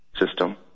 system